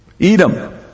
Edom